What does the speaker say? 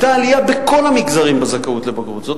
כשהיינו דנים על התקציב, חוק ההסדרים בעיקר, ולא